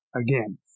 again